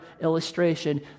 illustration